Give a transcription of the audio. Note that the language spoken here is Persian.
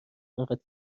انقدر